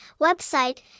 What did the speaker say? website